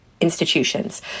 institutions